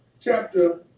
chapter